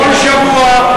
בכל שבוע,